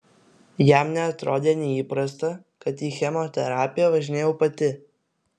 jam neatrodė neįprasta kad į chemoterapiją važinėjau pati